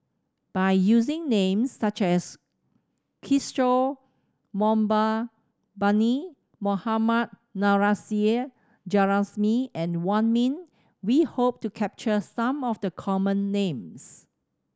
by using names such as Kishore Mahbubani Mohammad Nurrasyid Juraimi and Wong Ming we hope to capture some of the common names